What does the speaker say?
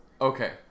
Okay